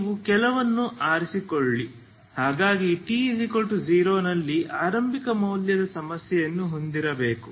ನೀವು ಕೆಲವನ್ನು ಆರಿಸಿಕೊಳ್ಳಿ ಹಾಗಾಗಿ t0 ನಲ್ಲಿ ಆರಂಭಿಕ ಮೌಲ್ಯದ ಸಮಸ್ಯೆಯನ್ನು ಹೊಂದಿರಬೇಕು